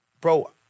bro